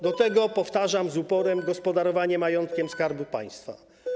Do tego, powtarzam z uporem, gospodarowanie majątkiem Skarbu Państwa.